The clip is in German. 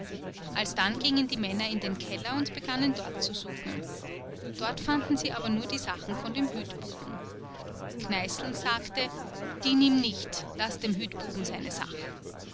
alsdann gingen die männer in den keller und begannen dort zu suchen dort fanden sie aber nur die sachen von dem hütbuben kneißl sagte die nimm nicht laß dem hütbuben seine sach